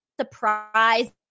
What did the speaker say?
surprise